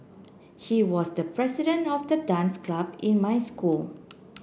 he was the president of the dance club in my school